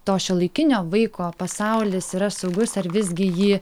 to šiuolaikinio vaiko pasaulis yra saugus ar visgi jį